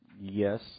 yes